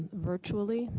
virtually.